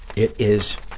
it is,